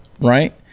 Right